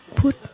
put